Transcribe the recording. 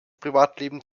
privatleben